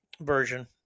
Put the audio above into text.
version